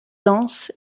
dense